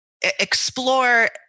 explore